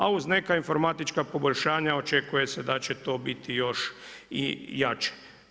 A uz neka informatička poboljšanja očekuje se da će to biti još i jače.